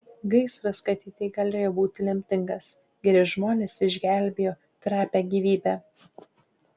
gaisras katytei galėjo būti lemtingas geri žmonės išgelbėjo trapią gyvybę